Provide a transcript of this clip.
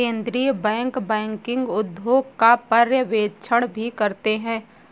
केन्द्रीय bank banking उद्योग का पर्यवेक्षण भी करते हैं